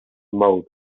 mode